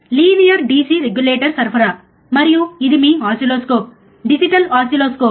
linear DC regulator సరఫరా మరియు ఇది మీ ఓసిల్లోస్కోప్ డిజిటల్ ఓసిల్లోస్కోప్